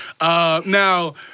Now